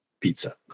pizza